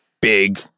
big